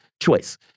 choice